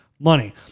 money